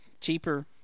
cheaper